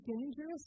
dangerous